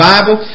Bible